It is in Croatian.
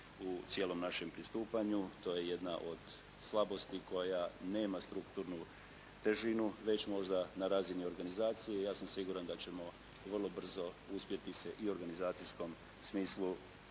u cijelom našem pristupanju. To je jedna od slabosti koja nema strukturnu težinu već možda na razini organizacije. Ja sam siguran da ćemo vrlo brzo uspjeti se i u organizacijskom smislu